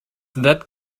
that